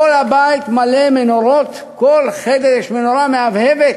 כל הבית מלא מנורות, בכל חדר יש מנורה שמהבהבת